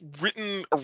written